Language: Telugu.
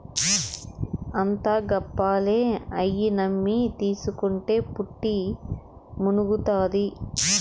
అంతా గప్పాలే, అయ్యి నమ్మి తీస్కుంటే పుట్టి మునుగుతాది